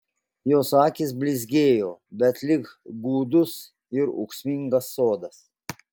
jos akys blizgėjo bet lyg gūdus ir ūksmingas sodas